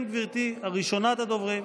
כן, גברתי, ראשונת הדוברים.